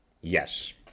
Yes